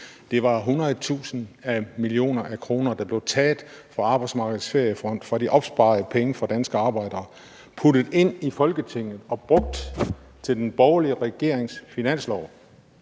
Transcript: millioner af kroner, der blev taget fra Arbejdsmarkedets Feriefond, fra de opsparede penge fra danske arbejdere, puttet ind i Folketinget og brugt til den borgerlige regerings finanslov.